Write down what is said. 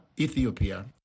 Ethiopia